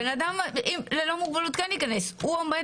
בן אדם ללא מוגבלות כן ייכנס אבל הוא עומד